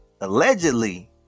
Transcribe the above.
allegedly